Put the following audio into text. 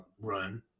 run